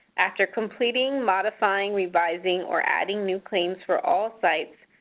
after completing modifying, revising, or adding new claims for all sites,